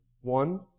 One